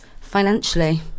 financially